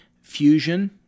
Fusion